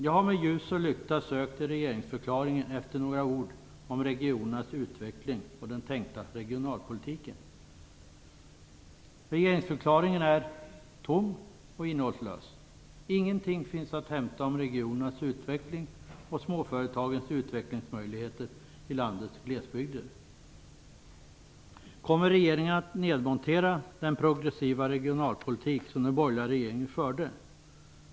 Jag har med ljus och lykta sökt i regeringsförklaringen efter några ord om regionernas utveckling och den tänkta regionalpolitiken. Regeringsförklaringen är tom och innehållslös. Ingenting finns att hämta om regionernas utveckling och småföretagens utvecklingsmöjligheter i landets glesbygder. Kommer regeringen att nedmontera den progressiva regionalpolitik som den borgerliga regeringen förde?